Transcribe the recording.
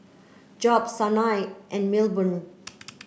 Job Sanai and Milburn